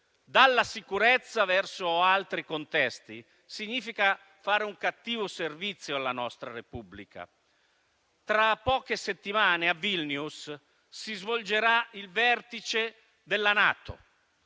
dalla sicurezza verso altri contesti significa fare un cattivo servizio alla nostra Repubblica. Tra poche settimane a Vilnius si svolgerà il vertice della NATO,